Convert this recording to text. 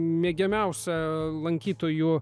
mėgiamiausia lankytojų